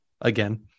again